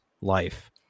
life